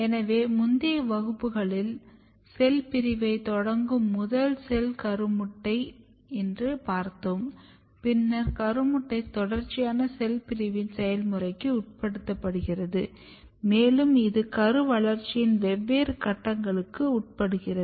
எனவே முந்தைய வகுப்புகளில் செல் பிரிவைத் தொடங்கும் முதல் செல் கருமுட்டை என்று பார்த்தோம் பின்னர் கருமுட்டை தொடர்ச்சியான செல் பிரிவின் செயல்முறைக்கு உட்படுகிறது மேலும் இது கரு வளர்ச்சியின் வெவ்வேறு கட்டங்களுக்கு உட்படுகிறது